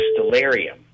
Stellarium